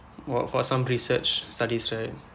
what for some research studies right